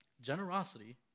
generosity